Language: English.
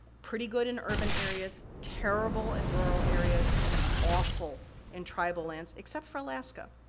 pretty good in urban areas, terrible in rural areas, and awful in tribal lands, except for alaska.